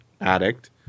addict